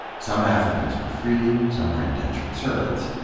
some africans were free, some were indentured servants,